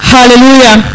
Hallelujah